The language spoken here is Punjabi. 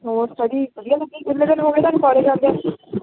ਹੋਰ ਸਟੱਡੀ ਵਧੀਆ ਲੱਗੀ ਕਿੰਨੇ ਦਿਨ ਹੋ ਗਏ ਤੁਹਾਨੂੰ ਕੋਲੇਜ ਜਾਂਦਿਆਂ ਨੂੰ